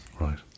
Right